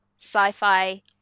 sci-fi